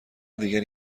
دیگری